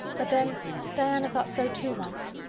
but then diana thought so too, once.